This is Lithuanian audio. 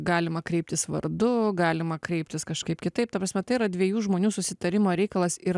galima kreiptis vardu galima kreiptis kažkaip kitaip ta prasme tai yra dviejų žmonių susitarimo reikalas ir